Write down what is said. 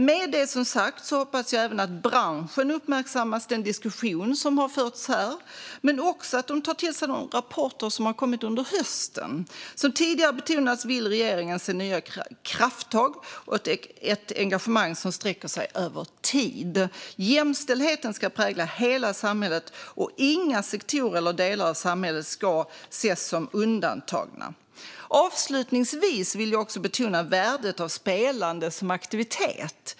Med det sagt hoppas jag att branschen uppmärksammar den diskussion som har förts här men också att de tar till sig de rapporter som har kommit under hösten. Som tidigare har betonats vill regeringen se krafttag och ett engagemang som sträcker sig över tid. Jämställdheten ska prägla hela samhället, och inga sektorer eller delar av samhället ska ses som undantagna. Avslutningsvis vill jag betona värdet av spelande som aktivitet.